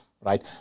right